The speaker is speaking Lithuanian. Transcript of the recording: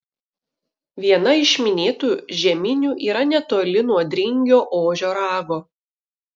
viena iš minėtų žeminių yra netoli nuo dringio ožio rago